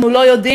אנחנו לא יודעים.